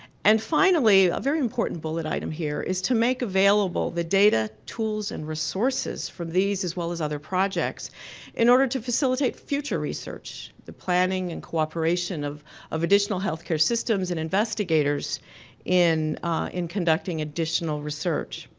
and finally a very important bullet item here is to make available the data, tools, and resources for these as well as other projects in order to facilitate future research the planning and cooperation of of additional health care systems and investigators in in conducting additional research.